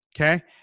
okay